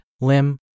limb